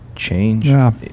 change